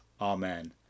Amen